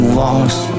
lost